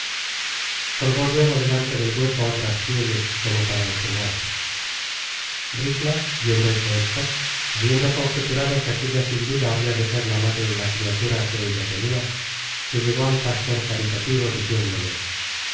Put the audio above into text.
luego delante del hueco otras pieles como para enjugarse ricla viendo hecho esto habiendo conjeturado que aquella sin duda habia de ser la madre de la criatura que ella tenia se llegó al pastor caritativo diciéndole